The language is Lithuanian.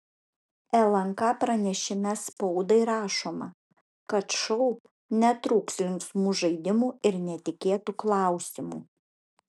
lnk pranešime spaudai rašoma kad šou netrūks linksmų žaidimų ir netikėtų klausimų